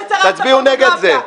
תצביעו נגד זה.